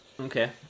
Okay